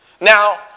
Now